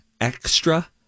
extra